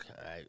Okay